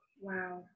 Wow